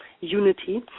unity